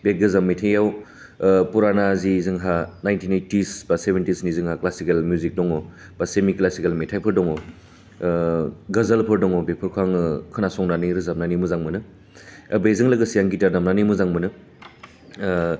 बे गोजाम मेथाइआव पुराना जि जोंहा नाइन्टिन एइटिस बा सेभेन्टिसनि जोंहा क्लासिकेल मिउजिक दङ बा सेमि क्लासिकेल मेथाइफोर दङ गाजालफोर दङ बेफोरखौ आङो खोनासंनानै रोजाबनानै मोजां मोनो बेजों लोगोसे आं गिटार दामनानै मोजां मोनो